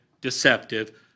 deceptive